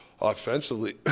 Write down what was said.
offensively